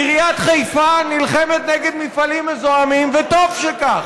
עיריית חיפה נלחמת נגד מפעלים מזהמים, וטוב שכך.